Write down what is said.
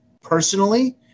personally